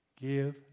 Give